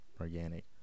organic